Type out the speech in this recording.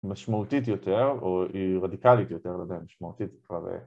‫משמעותית יותר, או היא רדיקלית יותר, ‫לא יודע, משמעותית זה כבר...